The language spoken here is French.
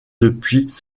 depuis